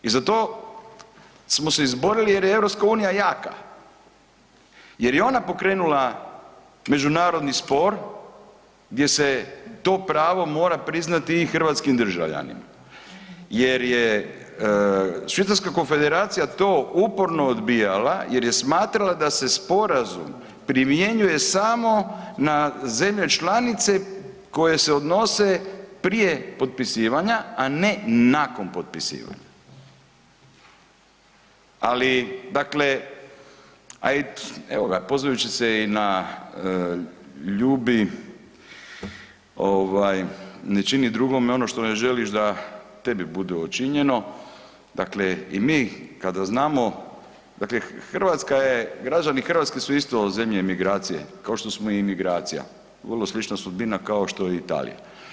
I za to smo se izborili jer je EU jaka, jer je ona pokrenula međunarodni spor gdje se to pravo mora priznati i hrvatskim državljanima jer je Švicarska Konfederacija to uporno odbijala jer je smatrala da se sporazum primjenjuje samo na zemlje članice koje se odnose prije potpisivanja, a ne nakon potpisivanja, ali dakle, a i poznajući se na, ovaj ne čini drugome ono što ne želim da tebi bude učinjeno, dakle i mi kada znamo, dakle Hrvatska je, građani Hrvatske su isto zemlje imigracije kao što smo i mi imigracija, vrlo slična sudbina kao što i Italija.